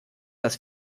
das